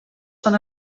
són